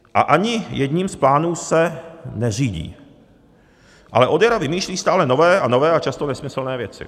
A ani jedním z plánů se neřídí, ale od jara vymýšlí stále nové a nové a často nesmyslné věci.